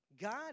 God